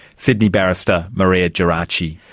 sydney barrister maria gerace.